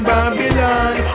Babylon